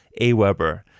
Aweber